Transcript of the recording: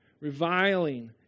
reviling